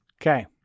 Okay